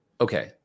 okay